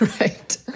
Right